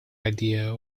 idea